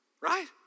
Right